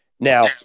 Now